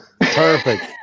perfect